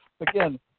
again